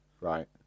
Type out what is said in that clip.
Right